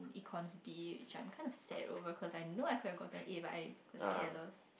Econs B which I'm kind of sad over cause I know I could have gotten A but I was careless